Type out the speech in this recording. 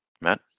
Matt